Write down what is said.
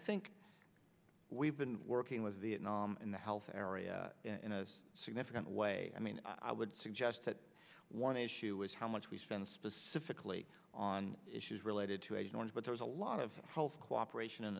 think we've been working with vietnam in the health area in a significant way i mean i would suggest that one issue is how much we spend specifically on issues related to agent orange but there is a lot of cooperation